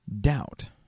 doubt